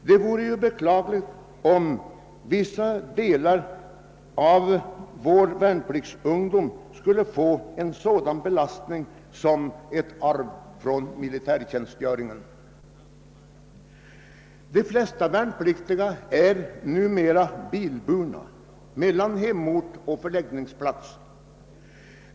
Det vore beklagligt om vissa delar av vår värnpliktsungdom skulle få en sådan belastning som ett arv från militärtjänstgöringen. De flesta värnpliktiga är numera bilburna mellan hemort och förläggningsplats.